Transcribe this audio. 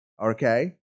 okay